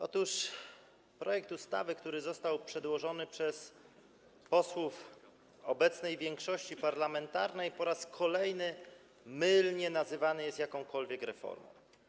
Otóż projekt ustawy, który został przedłożony przez posłów obecnej większości parlamentarnej, po raz kolejny mylnie nazywany jest jakąkolwiek reformą.